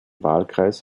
wahlkreis